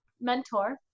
mentor